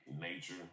nature